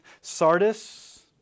Sardis